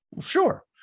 Sure